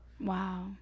Wow